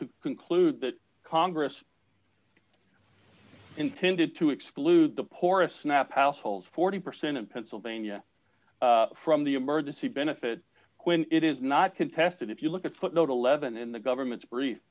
to conclude that congress intended to exclude the poorest snap households forty percent of pennsylvania from the emergency benefits when it is not contested if you look at footnote eleven in the government's brief